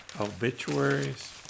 Obituaries